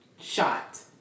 shot